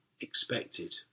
expected